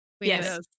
yes